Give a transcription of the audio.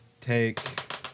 take